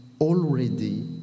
already